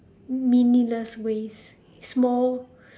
meaningless ways small